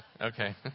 Okay